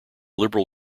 liberal